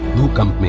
will come